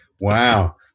Wow